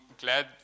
glad